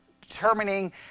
determining